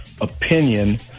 opinion